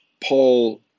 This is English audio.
Paul